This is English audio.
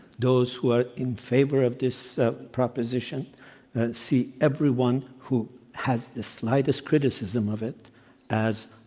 those who are in favor of this proposition see everyone who has the slightest criticisms of it as